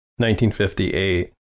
1958